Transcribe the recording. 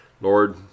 Lord